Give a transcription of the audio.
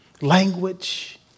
Language